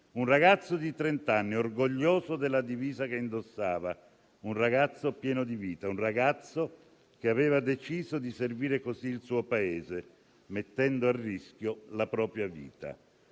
un ragazzo di trent'anni ed era orgoglioso della divisa che indossava; un ragazzo pieno di vita che aveva deciso di servire così il suo Paese, mettendo a rischio la propria vita.